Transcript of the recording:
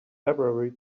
february